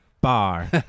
bar